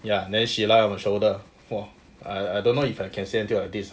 ya and then she lie on the shoulder !wah! I I don't know if I can say until like this